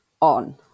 on